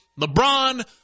LeBron